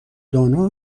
دانا